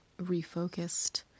refocused